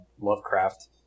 Lovecraft